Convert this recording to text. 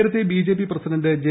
നേരത്തെ BJP president J